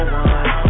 one